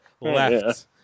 left